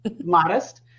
modest